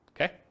Okay